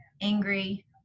angry